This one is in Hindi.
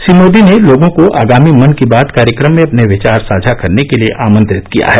श्री मोदी ने लोगों को आगामी मन की बात कार्यक्रम में अपने विचार साझा करने के लिए आमंत्रित किया है